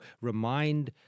remind